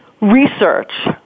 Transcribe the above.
research